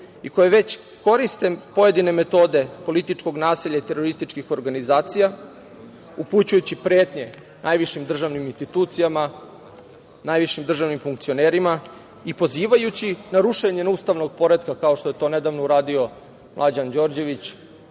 i koje već koriste pojedine metode političkog nasilja i terorističkih organizacija, upućujući pretnje najvišim državnim institucijama, najvišim državnim funkcionerima i pozivajući na rušenje ustavnog poretka, kao što je to nedavno uradio Mlađan Đorđević,